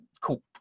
Cool